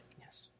Yes